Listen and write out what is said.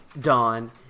Dawn